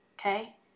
okay